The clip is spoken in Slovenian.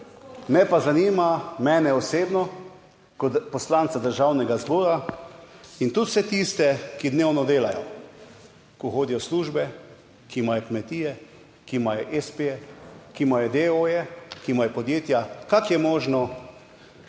me pa zanima, mene osebno kot poslanca Državnega zbora in tudi vse tiste, ki dnevno delajo, ki hodijo v službe, ki imajo kmetije, ki imajo espeje, ki imajo deooje, ki imajo podjetja kako je možno,